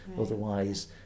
otherwise